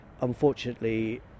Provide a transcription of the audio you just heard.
unfortunately